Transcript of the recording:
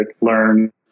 learn